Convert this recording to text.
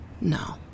No